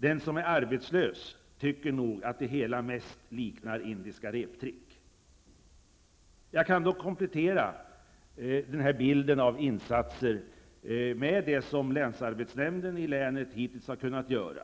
Den som är arbetslös tycker nog att det hela mest liknar indiska reptrick. Jag kan dock komplettera bilden med de insatser som länsarbetsnämnden i länet hittills har kunnat göra.